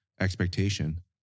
expectation